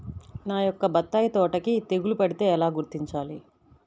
నా యొక్క బత్తాయి తోటకి తెగులు పడితే ఎలా గుర్తించాలి?